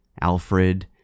Alfred